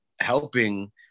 helping